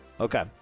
Okay